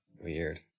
Weird